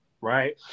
Right